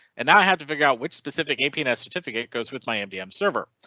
and now i have to figure out which specific apis certificate goes with my mdm server.